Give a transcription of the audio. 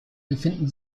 befinden